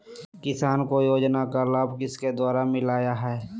किसान को योजना का लाभ किसके द्वारा मिलाया है?